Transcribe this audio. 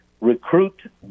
recruit